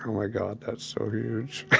my god that's so huge.